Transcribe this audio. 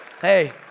Hey